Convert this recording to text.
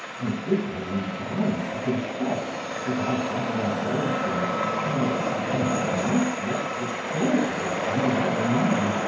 and if i am bound to confess that i have indulged in it to an excess not yet recorded of any other man,